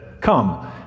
come